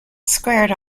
squared